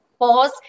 Pause